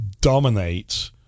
dominate